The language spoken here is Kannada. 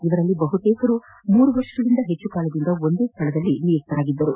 ಇವರಲ್ಲಿ ಬಹುತೇಕರು ಮೂರು ವರ್ಷಗಳಿಗಿಂತ ಹೆಚ್ಚು ಕಾಲದಿಂದ ಒಂದೇ ಸ್ವಳದಲ್ಲಿ ನಿಯುಕ್ತರಾಗಿದ್ದರು